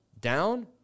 down